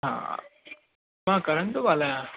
हा मां करन थो ॻाल्हायां